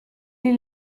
die